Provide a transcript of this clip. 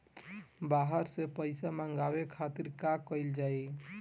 बाहर से पइसा मंगावे के खातिर का कइल जाइ?